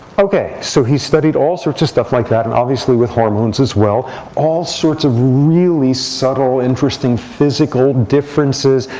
ok, so he studied all sorts of stuff like that, and obviously with hormones as well all sorts of really subtle interesting physical differences,